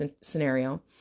scenario